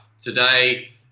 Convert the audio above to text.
today